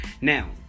Now